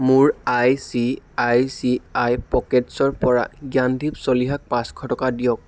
মোৰ I C I C I পকেটছ্ৰ পৰা জ্ঞানদীপ চলিহাক পাঁচশ টকা দিয়ক